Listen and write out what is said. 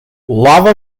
lava